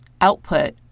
output